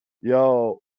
yo